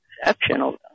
exceptional